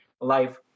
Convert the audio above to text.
life